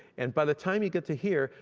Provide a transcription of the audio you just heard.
and by the time you get to here,